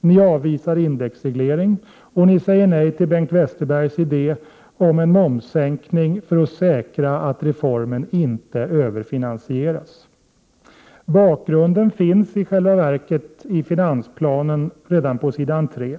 Ni avvisar indexreglering, och ni säger nej till Bengt Westerbergs idé om momssänkning för att säkra att reformen inte överfinansieras. Bakgrunden finns i själva verket i finansplanen redan på s. 3.